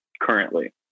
currently